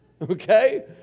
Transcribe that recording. okay